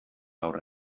gaur